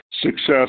success